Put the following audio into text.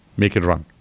make it run.